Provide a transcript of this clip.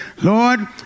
Lord